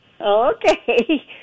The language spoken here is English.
Okay